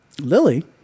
Lily